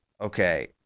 Okay